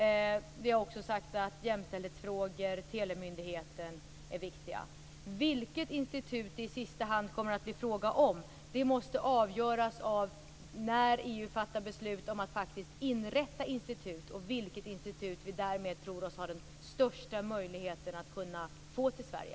Vi har också sagt att jämställdhetsfrågor och telemyndigheten är viktiga. Vilket institut det i sista hand kommer att bli fråga om måste avgöras av när EU fattar beslut om att inrätta institut och vilket institut vi därmed tror oss ha den största möjligheten att kunna få till Sverige.